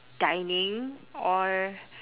dining or